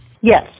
Yes